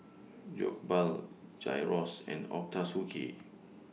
Jokbal Gyros and Ochazuke